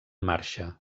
marxa